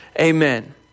Amen